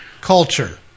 culture